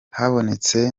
habonetse